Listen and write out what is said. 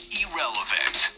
irrelevant